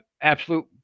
absolute